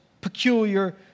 peculiar